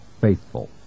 faithful